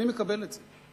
אני מקבל את זה.